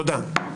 תודה.